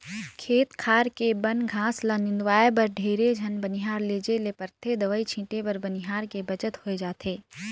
खेत खार के बन घास ल निंदवाय बर ढेरे झन बनिहार लेजे ले परथे दवई छीटे बर बनिहार के बचत होय जाथे